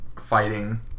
fighting